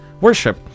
worship